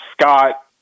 Scott